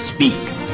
Speaks